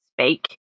speak